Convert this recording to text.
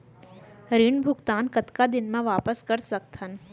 ऋण भुगतान कतका दिन म वापस कर सकथन?